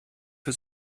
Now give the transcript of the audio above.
für